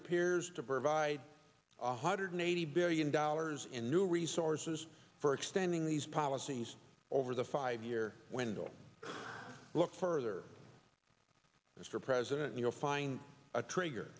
appears to provide one hundred eighty billion dollars in new resources for extending these policies over the five year window look further mr president you'll find a trigger